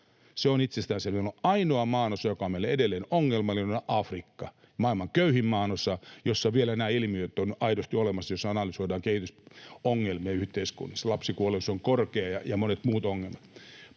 Se on itsestäänselvää. Ainoa maanosa, joka on meille edelleen ongelmallinen, on Afrikka, maailman köyhin maanosa, jossa vielä nämä ilmiöt ovat aidosti olemassa, jos analysoidaan kehitysongelmia yhteiskunnassa. Lapsikuolleisuus on korkea ja monet muut ongelmat.